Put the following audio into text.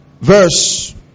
Verse